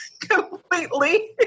completely